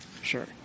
Sure